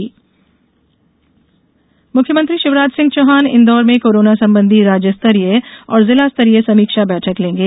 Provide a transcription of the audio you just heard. मुख्यमंत्री मुख्यमंत्री शिवराज सिंह चौहान इन्दौर में कोरोना संबंधी राज्य स्तरीय और जिला स्तरीय समीक्षा बैठक लेंगे